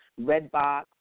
Redbox